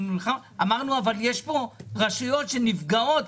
מכיוון שאמרנו אז שיש פה רשויות שנפגעות,